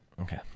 Okay